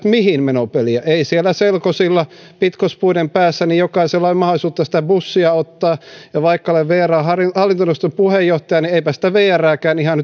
mihin vaihtaisivat menopeliä ei siellä selkosilla pitkospuiden päässä jokaisella ole mahdollisuutta sitä bussia ottaa ja vaikka olen vrn hallintoneuvoston puheenjohtaja niin eipä sitä vrääkään ihan